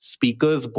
Speakers